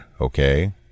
okay